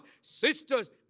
Sisters